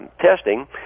testing